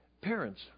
Parents